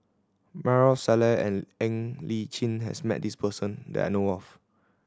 Maarof Salleh and Ng Li Chin has met this person that I know of